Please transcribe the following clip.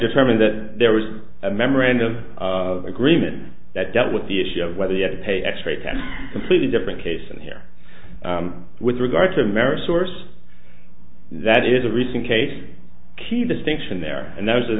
determined that there was a memorandum of agreement that dealt with the issue of whether you had to pay extra tax completely different case and here with regard to a marriage source that is a recent case key distinction there and that was